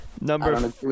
Number